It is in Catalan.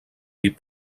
dir